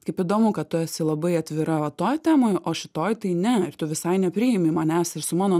kaip įdomu kad tu esi labai atvira va toj temoj o šitoj tai ne ir tu visai nepriimi manęs ir su mano